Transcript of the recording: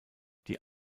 die